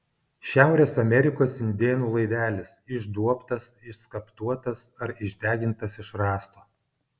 šiaurės amerikos indėnų laivelis išduobtas išskaptuotas ar išdegintas iš rąsto